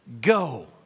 Go